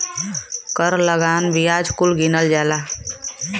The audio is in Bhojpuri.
कर लगान बियाज कुल गिनल जाला